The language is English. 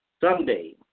Someday